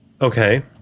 okay